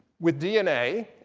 with dna,